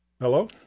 Hello